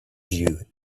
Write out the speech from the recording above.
you